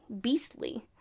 beastly